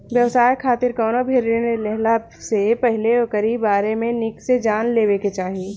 व्यवसाय खातिर कवनो भी ऋण लेहला से पहिले ओकरी बारे में निक से जान लेवे के चाही